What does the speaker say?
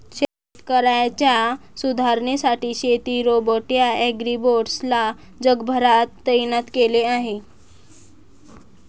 शेतकऱ्यांच्या सुधारणेसाठी शेती रोबोट या ॲग्रीबोट्स ला जगभरात तैनात केल आहे